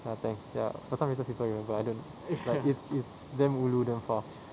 ya thanks sia pasal miss err people you know but I don't but it's it's damn ulu damn far